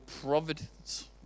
providence